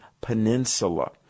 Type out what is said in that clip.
Peninsula